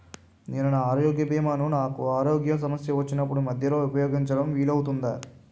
నేను నా ఆరోగ్య భీమా ను నాకు ఆరోగ్య సమస్య వచ్చినప్పుడు మధ్యలో ఉపయోగించడం వీలు అవుతుందా?